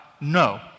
No